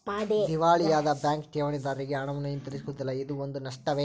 ದಿವಾಳಿಯಾದ ಬ್ಯಾಂಕ್ ಠೇವಣಿದಾರ್ರಿಗೆ ಹಣವನ್ನು ಹಿಂತಿರುಗಿಸುವುದಿಲ್ಲ ಇದೂ ಒಂದು ನಷ್ಟವೇ